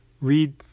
read